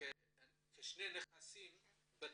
כשני נכסים בטאבו?